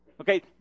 Okay